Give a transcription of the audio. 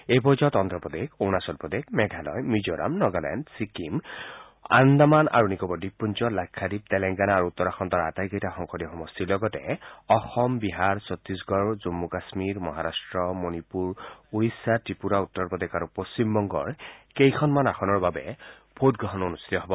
এই পৰ্যায়ত অন্ধপ্ৰদেশ অৰুণাচলপ্ৰদেশ মেঘালয় মিজোৰাম নগালেণ্ড চিক্কিম আন্দামান আৰু নিকোবৰ দ্বীপপুঞ্জ লাক্ষাদ্বীপ টেলেংগানা আৰু উত্তৰাখণ্ডৰ আটাইকেইটা সংসদীয় সমষ্টিৰ লগতে অসম বিহাৰ চত্তিশগড় জন্মু কাশ্মীৰ মহাৰাট্ট মণিপুৰ ওড়িশা ত্ৰিপুৰা উত্তৰ প্ৰদেশ আৰু পশ্চিমবংগৰ কেইখনমান আসনৰ বাবে ভোটগ্ৰহণ অনুষ্ঠিত হ'ব